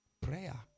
prayer